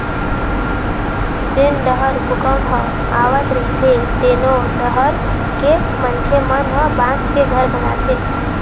जेन डहर भूपंक ह आवत रहिथे तेनो डहर के मनखे मन ह बांस के घर बनाथे